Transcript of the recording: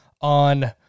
on